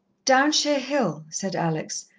downshire hill, said alex.